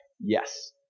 Yes